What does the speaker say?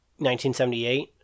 1978